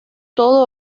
todo